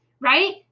right